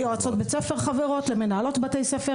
ליועצות בתי ספר ולמנהלות בתי ספר.